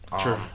True